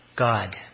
God